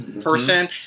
person